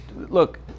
Look